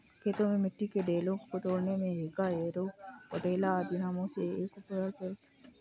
खेतों में मिट्टी के ढेलों को तोड़ने मे हेंगा, हैरो, पटेला आदि नामों से एक उपकरण प्रयुक्त होता है